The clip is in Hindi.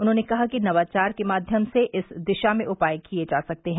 उन्होंने कहा कि नवाचार के माध्यम से इस दिशा में उपाय किए जा सकते हैं